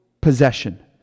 possession